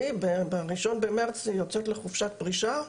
ב-1 במרס אני יוצאת לחופשת פרישה.